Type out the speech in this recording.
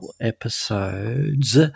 episodes